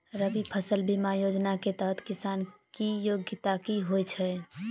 रबी फसल बीमा योजना केँ तहत किसान की योग्यता की होइ छै?